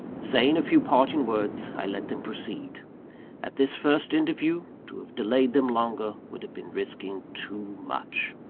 saying a few parting words, i let them proceed at this first interview, to have delayed them longer would have been risking too much.